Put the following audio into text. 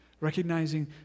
recognizing